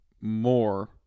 more